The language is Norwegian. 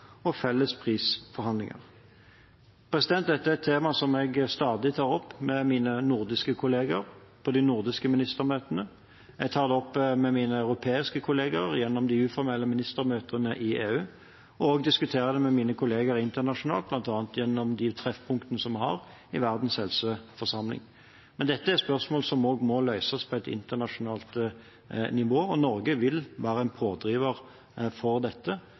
og felles prisforhandlinger. Dette er et tema som jeg stadig tar opp med mine nordiske kollegaer på de nordiske ministermøtene. Jeg tar det opp med mine europeiske kollegaer gjennom de uformelle ministermøtene i EU, og jeg diskuterer det også med mine kollegaer internasjonalt bl.a. gjennom de treffpunktene vi har i Verdens helseorganisasjons helseforsamling. Dette er spørsmål som må løses på et internasjonalt nivå, og Norge vil være en pådriver for dette.